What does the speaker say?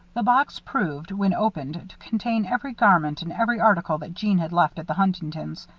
the box proved, when opened, to contain every garment and every article that jeanne had left at the huntingtons'.